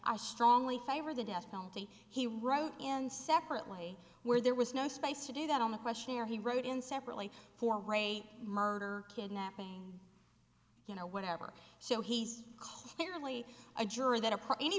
i strongly favor the death penalty he wrote in separately where there was no space to do that on a questionnaire he wrote in separately for rape murder kidnapping you know whatever so he's merely a juror that apart any